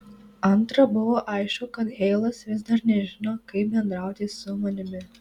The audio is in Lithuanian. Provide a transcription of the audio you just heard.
antra buvo aišku kad heilas vis dar nežino kaip bendrauti su manimi